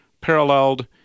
paralleled